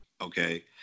okay